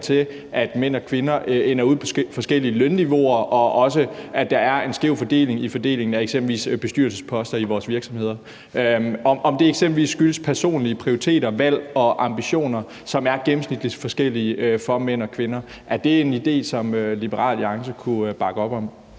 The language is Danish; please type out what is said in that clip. til, at mænd og kvinder ender ud på forskellige lønniveauer, og at der også er en skævhed i fordelingen af eksempelvis bestyrelsesposter i vores virksomheder – om det eksempelvis skyldes personlige prioriteter, valg og ambitioner, som gennemsnitligt er forskellige for mænd og kvinder. Var det en idé, som Liberal Alliance kunne bakke op om?